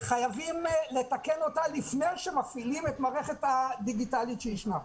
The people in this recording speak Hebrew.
חייבים לתקן אותה לפני שמפעילים את המערכת הדיגיטלית שישנה.